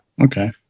Okay